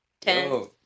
ten